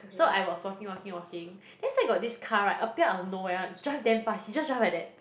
so I was walking walking walking then side got this car right appear out of nowhere one drive damn fast he just drive like that